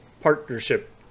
partnership